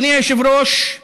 אדוני היושב-ראש,